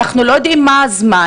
אנחנו לא יודעים מה הזמן,